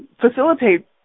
facilitate